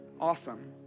Awesome